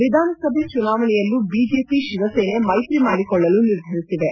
ವಿಧಾನಸಭೆ ಚುನಾವಣೆಯಲ್ಲೂ ಬಿಜೆಪಿ ಶಿವಸೇನೆ ಮೈತ್ರಿ ಮಾಡಿಕೊಳ್ಳಲು ನಿರ್ಧರಿಸಿವೆ